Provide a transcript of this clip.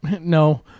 no